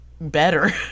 Better